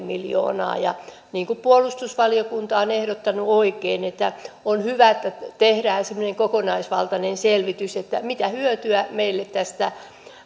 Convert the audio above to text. miljoonaan ja niin kuin puolustusvaliokunta on ehdottanut oikein on hyvä että tehdään semmoinen kokonaisvaltainen selvitys mitä hyötyä meille tästä